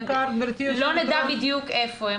לא נדע בדיוק איפה הם.